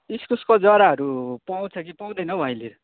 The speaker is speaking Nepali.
इस्कुसको जराहरू पाउँछ कि पाउँदैन हौ अहिले